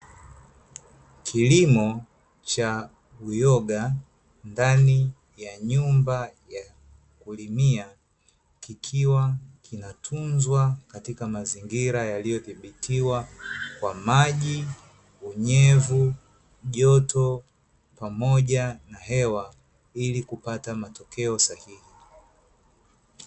Kilimo cha uyoga ndani ya nyumba ya kulimia, kikiwa kinatunzwa katika mazingira yaliyodhibitiwa kwa maji, unyevu, joto, pamoja na hewa, ili kupata matokeo sahihi.